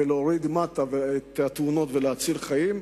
להוריד מטה את מספר התאונות ולהציל חיים,